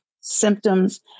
symptoms